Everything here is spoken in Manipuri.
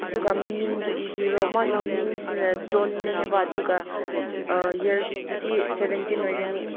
ꯑꯗꯨꯒ ꯃꯃꯤꯡꯗꯣ ꯏꯕꯤꯔꯣ ꯃꯥꯒꯤ ꯃꯤꯡꯁꯤꯅ ꯖꯣꯟꯅꯦ ꯍꯥꯏꯕ ꯑꯗꯨꯒ ꯏꯌꯥꯔꯇꯨꯗꯤ ꯁꯕꯦꯟꯇꯤꯟ ꯑꯣꯏꯔꯅꯤ